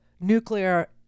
nuclear